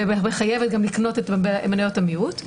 ולחייב גם לקנות את מניות המיעוט.